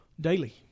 Daily